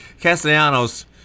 Castellanos